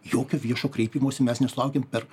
jokio viešo kreipimosi mes nesulaukėm per